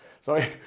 Sorry